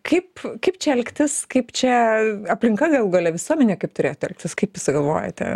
kaip kaip čia elgtis kaip čia aplinka galų gale visuomenė kaip turėtų elgtis kaip jūs galvojote